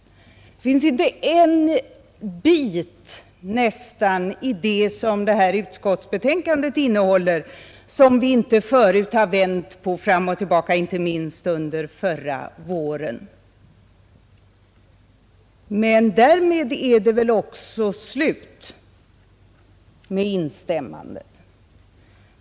Det finns nästan inte en bit av det som det här utskottsbetänkandet innehåller, som vi inte förut har vänt på fram och tillbaka inte minst under förra våren. Men därmed är det väl också slut med instämmandet.